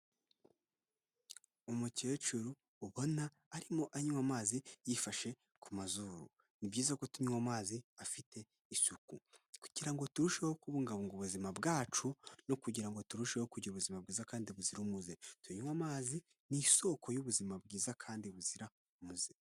Umukecuru ubona arimo anywa amazi yifashe ku mazuru, ni byiza ko tunywa amazi afite isuku kugira ngo turusheho kubungabunga ubuzima bwacu no kugirango turusheho kugira ubuzima bwiza kandi buzira umuze tunywa, amazi ni isoko y'ubuzima bwiza kandi buzira umuze.